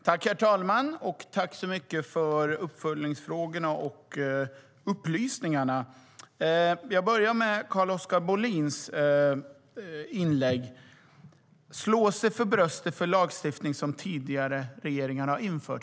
Herr talman! Tack så mycket för uppföljningsfrågorna och upplysningarna! Jag börjar med Carl-Oskar Bohlins inlägg om att slå sig för bröstet för lagstiftning som tidigare regeringar har infört.